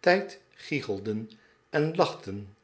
tijd gichelden en lachten